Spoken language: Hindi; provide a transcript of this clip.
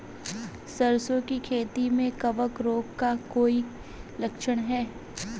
सरसों की खेती में कवक रोग का कोई लक्षण है?